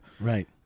Right